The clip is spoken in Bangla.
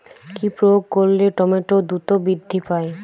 কি প্রয়োগ করলে টমেটো দ্রুত বৃদ্ধি পায়?